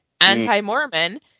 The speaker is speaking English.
Anti-Mormon